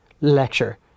lecture